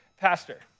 pastor